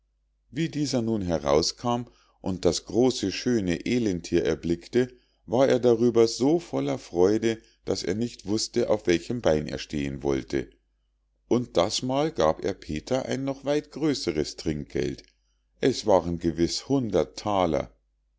wie dieser nun herauskam und das große schöne elenthier erblickte war er darüber so voller freude daß er nicht wußte auf welchem bein er stehen wollte und das mal gab er petern ein noch weit größeres trinkgeld es waren gewiß hundert thaler